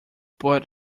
but